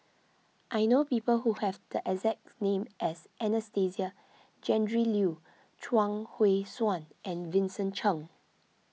I know people who have the exact name as Anastasia Tjendri Liew Chuang Hui Tsuan and Vincent Cheng